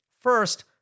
First